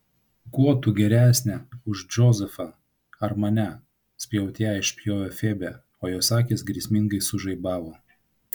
kuo tu geresnė už džozefą ar mane spjaute išspjovė febė o jos akys grėsmingai sužaibavo